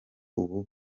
ubu